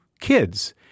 kids